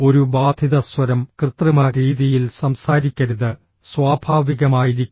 ഒരു ബാധിത സ്വരം കൃത്രിമ രീതിയിൽ സംസാരിക്കരുത് സ്വാഭാവികമായിരിക്കുക